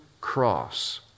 cross